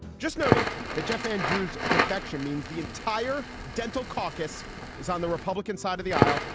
just noting that jeff andrews defection means the entire dental caucus is on the republican side of the aisle.